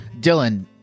Dylan